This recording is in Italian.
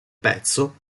pezzo